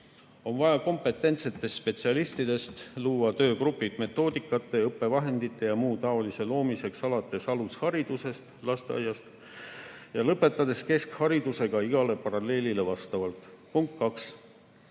on vaja kompetentsetest spetsialistidest luua töögrupid metoodikate, õppevahendite ja muu taolise loomiseks alates alusharidusest, lasteaiast, ja lõpetades keskharidusega igale paralleelile vastavalt. Punkt